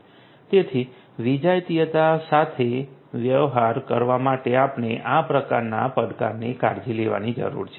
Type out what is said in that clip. તેથી વિજાતીયતા સાથે વ્યવહાર કરવા માટે આપણે આ પ્રકારના પડકારની કાળજી લેવાની જરૂર છે